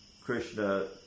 Krishna